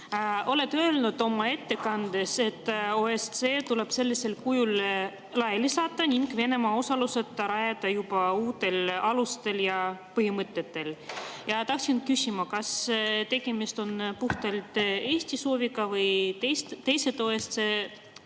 Olete öelnud oma ettekandes, et OSCE tuleb sellisel kujul laiali saata ning Venemaa osaluseta rajada juba uutel alustel ja põhimõtetel. Tahtsin küsida, kas tegemist on puhtalt Eesti sooviga või toetavad